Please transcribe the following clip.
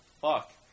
fuck